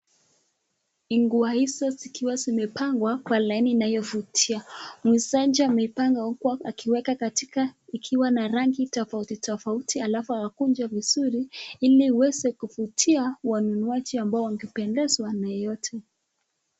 Hii nguo hizo zikiwa zimepangwa kwa laini inayovutia. Muuzaji amepanga uku akiweka katika, ikiwa na rangi tofauti tofauti alafu amekunja vizuri ili iweze kuvutia wanunuaji ambao wagependezwa na yoyote.